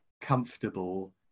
comfortable